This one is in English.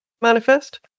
manifest